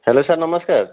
hello sir ନମସ୍କାର